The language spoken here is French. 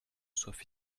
soient